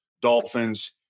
Dolphins